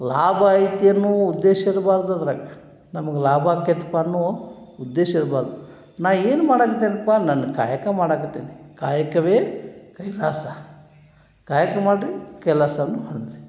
ಲಾಭ ಐತಿ ಅನ್ನೋ ಉದ್ದೇಶ ಇರ್ಬಾರ್ದು ಅದರಾಗ ನಮ್ಗೆ ಲಾಭ ಆಕ್ಕೈತಪ್ಪ ಅನ್ನೋ ಉದ್ದೇಶ ಇರ್ಬಾರ್ದು ನಾನು ಏನು ಪಾ ನನ್ನ ಕಾಯಕ ಮಾಡಾಕತ್ತೀನಿ ಕಾಯಕವೇ ಕೈಲಾಸ ಕಾಯಕ ಮಾಡಿರಿ ಕೆಲಸವೂ ಹಂಚಿ